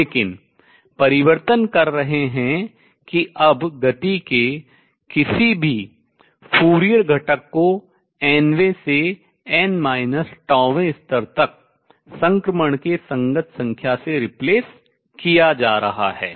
लेकिन परिवर्तन कर रहे हैं कि अब गति के किसी भी फूरियर घटक को n वें से वें स्तर तक संक्रमण के संगत संख्या से replaced प्रतिस्थापित किया जा रहा है